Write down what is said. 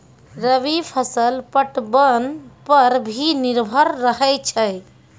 रवि फसल पटबन पर भी निर्भर रहै छै